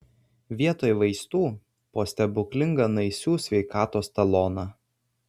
vietoj vaistų po stebuklingą naisių sveikatos taloną